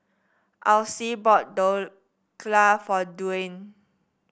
Alcee bought Dhokla for Duane